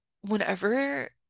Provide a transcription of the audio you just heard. whenever